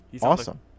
awesome